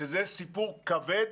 שזה סיפור כבד.